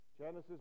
Genesis